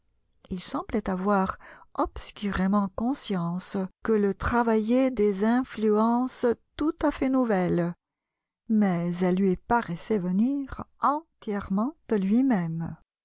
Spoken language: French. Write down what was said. il semblait avoir obscurément conscience que le travaillaient des influences tout à fait nouvelles mais elles lui paraissaient venir entièrement de lui-même